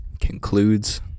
concludes